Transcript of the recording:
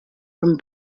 from